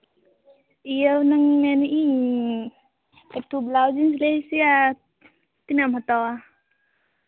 ᱤᱭᱟᱹ ᱦᱩᱱᱟᱹᱝ ᱢᱮᱱᱮᱜ ᱤᱧ ᱮᱠᱴᱩ ᱵᱞᱟᱣᱩᱡᱽ ᱤᱧ ᱥᱤᱞᱟᱭ ᱦᱚᱪᱚᱭᱟ ᱛᱤᱱᱟᱹᱜ ᱮᱢ ᱦᱟᱛᱟᱣᱟ